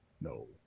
no